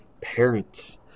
parents